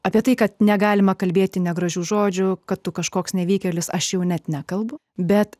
apie tai kad negalima kalbėti negražių žodžių kad tu kažkoks nevykėlis aš jau net nekalbu bet